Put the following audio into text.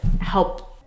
help